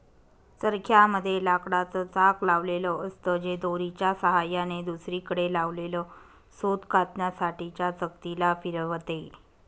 चरख्या मध्ये लाकडाच चाक लावलेल असत, जे दोरीच्या सहाय्याने दुसरीकडे लावलेल सूत कातण्यासाठी च्या चकती ला फिरवते